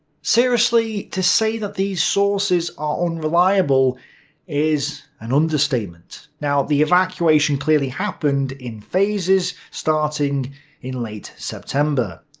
seriously to say that these sources are unreliable is an understatement. now, the evacuation clearly happened in phases, starting in late september.